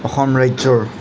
অসম ৰাজ্যৰ